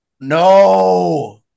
No